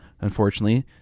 unfortunately